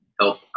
help